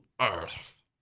earth